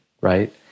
right